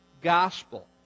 gospel